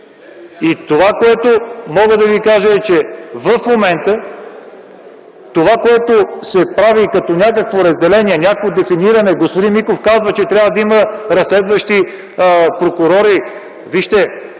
Това, което мога да ви кажа, е, че в момента се прави някакво разделение, някакво дефиниране. Господин Миков казва, че трябва да има разследващи прокурори.